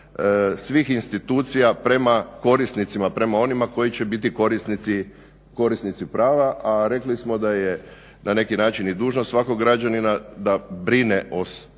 svih institucija prema korisnicima, prema onima koji će biti korisnici prava a rekli smo da je na neki način i dužnost svakog građanina da brine o svojim